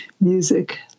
music